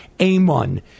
Amon